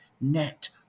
net